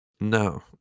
No